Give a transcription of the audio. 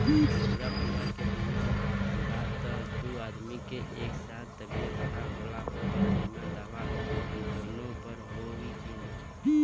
पूरा परिवार के बीमा बा त दु आदमी के एक साथ तबीयत खराब होला पर बीमा दावा दोनों पर होई की न?